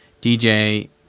DJ